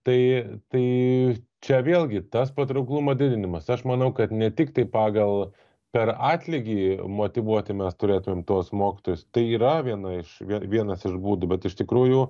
tai tai čia vėlgi tas patrauklumo didinimas aš manau kad ne tiktai pagal per atlygį motyvuoti mes turėtumėm tuos mokytojus tai yra viena iš vienas iš būdų bet iš tikrųjų